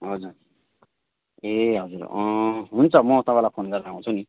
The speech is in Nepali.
हजुर ए हजुर हुन्छ म तपाईँलाई फोन गरेर आउँछु नि